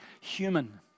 human